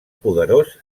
poderós